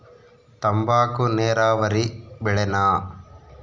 ತಂಬಾಕು ನೇರಾವರಿ ಬೆಳೆನಾ?